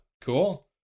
cool